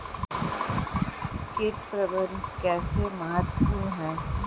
कीट प्रबंधन कैसे महत्वपूर्ण है?